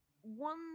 one